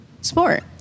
sport